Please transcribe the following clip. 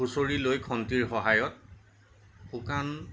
খুচৰি লৈ খন্তিৰ সহায়ত শুকান